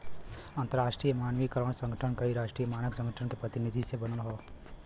अंतरराष्ट्रीय मानकीकरण संगठन कई राष्ट्रीय मानक संगठन के प्रतिनिधि से बनल हौ